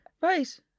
Right